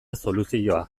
soluzioa